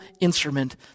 instrument